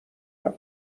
رود